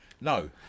No